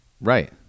Right